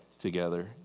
together